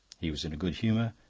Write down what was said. he was in a good humour,